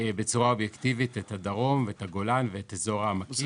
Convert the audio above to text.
בצורה אובייקטייבית את הדרום ואת הגולן ואת אזור העמקים.